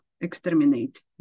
exterminate